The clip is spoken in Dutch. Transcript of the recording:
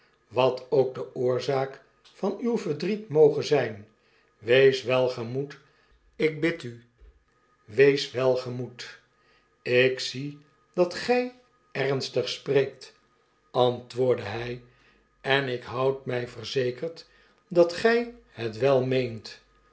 wat ook de oorzaak van uw verdriet moge zyn wees welgemoed ik bid u wees welgemoed ik zie dat gy ernstig spreekt antwoordde de klok van meester humphrey hy en ik houd my verzekerd dat gyhetwel meent